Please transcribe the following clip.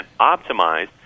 optimized